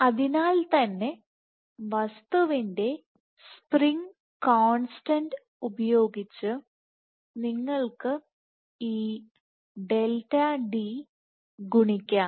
അതിനാൽ തന്നെ വസ്തുവിന്റെസ്പ്രിംഗ് കോൺസ്റ്റന്റ്ഉപയോഗിച്ച് നിങ്ങൾക്ക് ഈ ഡെൽറ്റ ഡി Δ dഗുണിക്കാം